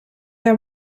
are